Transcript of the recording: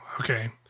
okay